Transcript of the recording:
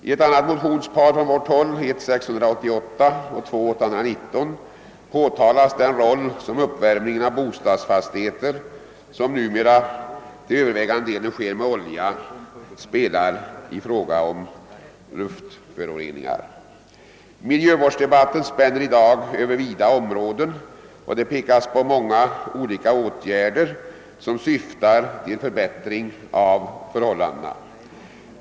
I ett annat motionspar, 1I:688 och II: 819, påtalas den roll som uppvärmningen av bostadsfastigheter, som numera till övervägande del sker med olja, spelar i fråga om luftföroreningar. Miljövårdsdebatten spänner i dag över vida områden, och det pekas på många olika åtgärder som syftar till en förbättring av förhållandena.